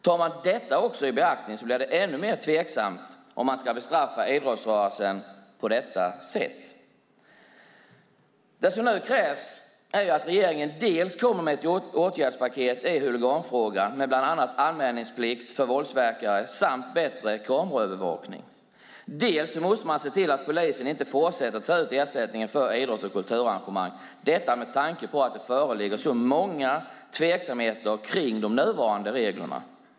Tar man också detta i beaktande blir det ännu mer tveksamt om man ska bestraffa idrottsrörelsen på detta sätt. Det som nu krävs är att regeringen kommer med ett åtgärdspaket i huliganfrågan med bland annat anmälningsplikt för våldsverkare samt bättre kameraövervakning. Man måste också se till att polisen inte fortsätter att ta ut ersättning för idrotts och kulturarrangemang - detta med tanke på att det föreligger många tveksamheter kring de nuvarande reglerna.